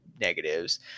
negatives